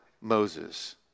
Moses